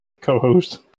co-host